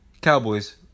Cowboys